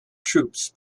troops